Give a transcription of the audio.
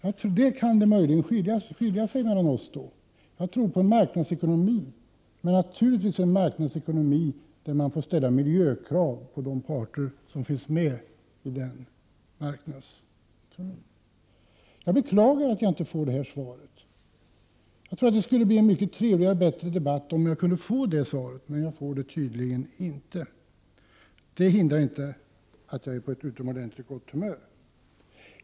Möjligen är det på den punkten vi skiljer oss åt, för jag tror på marknadsekonomi, men naturligtvis en marknadsekonomi där man får ställa miljökrav på de parter som finns med på marknaden. Jag beklagar att jag inte får svar. Jag tror att det skulle bli en mycket trevligare och bättre debatt om jag kunde få det svaret, men jag får det tydligen inte. Det hindrar inte att jag är på ett utomordentligt gott humör.